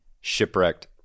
shipwrecked